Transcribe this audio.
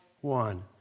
one